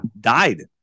died